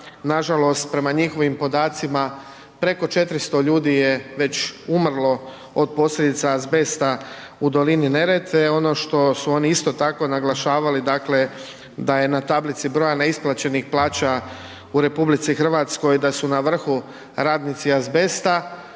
Nažalost prema njihovim podacima preko 400 ljudi je već umrlo od posljedica azbesta u dolini Neretve. Ono što su oni isto tako naglašavali, dakle da je na tablici broja neisplaćenih plaća u RH da su na vrhu radnici azbesta,